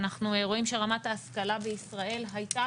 אנחנו רואים שרמת ההשכלה בישראל הייתה